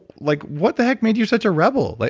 like what the heck made you such a rebel? like